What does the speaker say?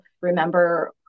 remember